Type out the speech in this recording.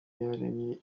iyaremye